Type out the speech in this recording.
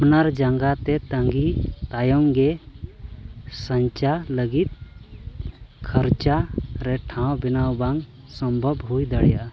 ᱟᱯᱱᱟᱨ ᱡᱟᱸᱜᱟᱛᱮ ᱛᱟᱸᱜᱤ ᱛᱟᱭᱚᱢ ᱜᱮ ᱥᱚᱧᱪᱟ ᱞᱟᱹᱜᱤᱫ ᱠᱷᱚᱨᱪᱟ ᱨᱮ ᱴᱷᱟᱶ ᱵᱮᱱᱟᱣ ᱵᱟᱝ ᱥᱚᱢᱵᱷᱚᱵᱽ ᱦᱩᱭ ᱫᱟᱲᱮᱭᱟᱜᱼᱟ